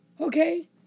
Okay